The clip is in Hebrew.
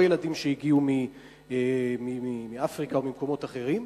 אלה לא ילדים שהגיעו מאפריקה או ממקומות אחרים.